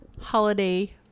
holiday